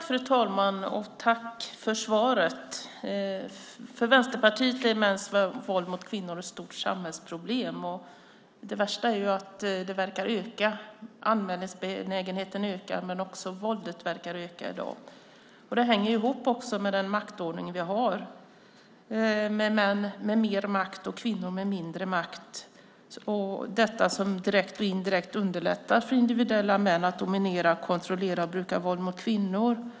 Fru talman! Jag vill tacka för svaret. För Vänsterpartiet är mäns våld mot kvinnor ett stort samhällsproblem. Det värsta är att det verkar öka. Anmälningsbenägenheten ökar, men också våldet verkar öka i dag. Det hänger ihop med den maktordning vi har med män med mer makt och kvinnor med mindre makt. Det underlättar direkt och indirekt för individuella män att dominera, kontrollera och bruka våld mot kvinnor.